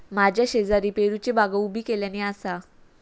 माझ्या शेजारी पेरूची बागा उभी केल्यानी आसा